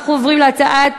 אנחנו עוברים להצעת